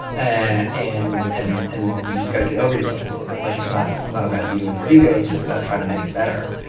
ah and and and you just gotta get over yourself a little bit. like it's not it's not about you and your ego it's just about trying to make it better.